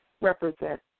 represent